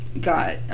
got